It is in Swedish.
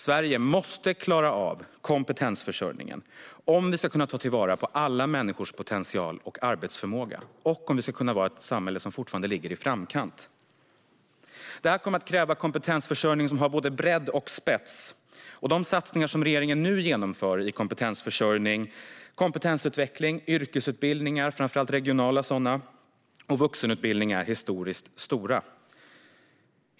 Sverige måste klara av kompetensförsörjningen för att ta till vara på alla människors potential och arbetsförmåga och för att vi kunna vara ett samhälle som fortfarande ligger i framkant. Det kommer att krävas kompetensförsörjning med både bredd och spets. De satsningar som regeringen nu genomför med investeringar i kompetensutveckling, yrkesutbildning - framför allt regionala - och vuxenutbildning är historiskt stora.